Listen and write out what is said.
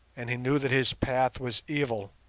and he knew that his path was evil,